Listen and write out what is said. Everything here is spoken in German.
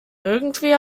irgendwie